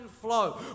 flow